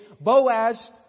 Boaz